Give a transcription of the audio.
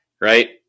right